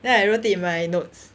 then I wrote it in my notes